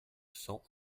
cent